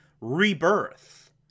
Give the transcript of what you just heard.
Rebirth